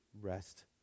rest